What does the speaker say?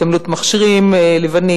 התעמלות מכשירים לבנים,